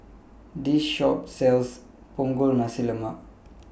This Shop sells Punggol Nasi Lemak